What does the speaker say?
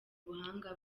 ubuhanga